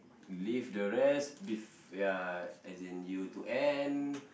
leave the rest bef~ ya as in you to end